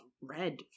red